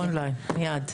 און ליין, מיד.